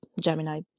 Gemini